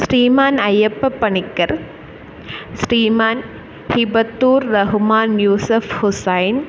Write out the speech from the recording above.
Shriman Ayyappa Panicker Shriman Hibathur Rahman Yusuf Hussain